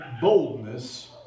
boldness